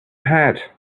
had